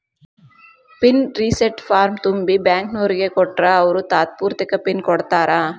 pin reset ಫಾರ್ಮ್ನ ತುಂಬಿ ಬ್ಯಾಂಕ್ನೋರಿಗ್ ಕೊಟ್ರ ಅವ್ರು ತಾತ್ಪೂರ್ತೆಕ ಪಿನ್ ಕೊಡ್ತಾರಾ